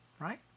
right